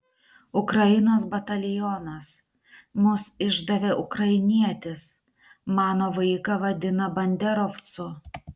ukrainos batalionas mus išdavė ukrainietis mano vaiką vadina banderovcu